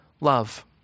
love